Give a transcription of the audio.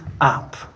up